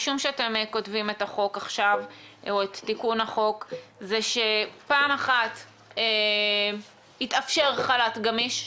משום שאתם כותבים את תיקון החוק עכשיו פעם אחת שיתאפשר חל"ת גמיש,